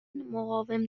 مقاوم